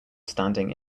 standing